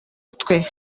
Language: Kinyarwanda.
utwe